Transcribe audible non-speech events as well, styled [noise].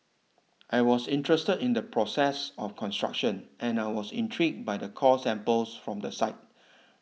I was interested in the process of construction and I was intrigued by the core samples from the site [noise]